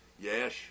Yes